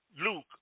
Luke